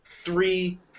three